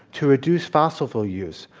to reduce fossil fuel use,